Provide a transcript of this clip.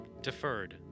Deferred